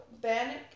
Bannock